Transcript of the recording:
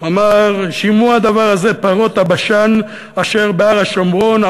הוא אמר: שמעו הדבר הזה פרות הבשן אשר בהר שומרון,